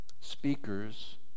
Speakers